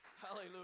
Hallelujah